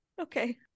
Okay